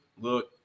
Look